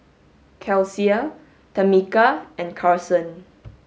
Kelsea Tamica and Carsen